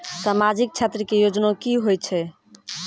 समाजिक क्षेत्र के योजना की होय छै?